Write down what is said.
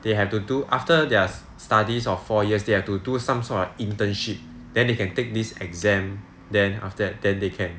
they have to do after their studies of four years they have to do some sort of internship then they can take this exam then after that then they can